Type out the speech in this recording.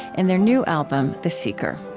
and their new album, the seeker.